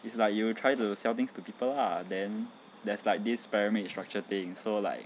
it's like you try to sell things to people ah then there's like this pyramid structure thing so like